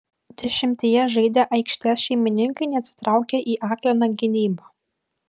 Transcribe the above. dešimtyje žaidę aikštės šeimininkai neatsitraukė į akliną gynybą